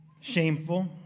shameful